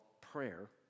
Prayer